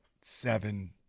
seven